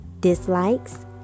dislikes